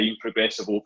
progressive